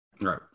right